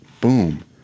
boom